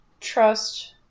trust